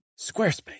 Squarespace